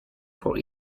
for